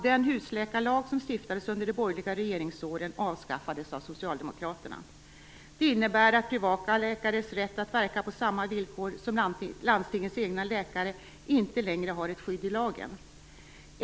Den husläkarlag som stiftades under de borgliga regeringsåren avskaffades av Socialdemokraterna. Det innebär att privata läkares rätt att verka på samma villkor som landstingens egna läkare inte längre har ett skydd i lagen.